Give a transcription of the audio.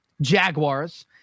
jaguars